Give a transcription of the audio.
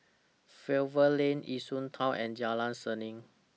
Fernvale Lane Yishun Town and Jalan Seni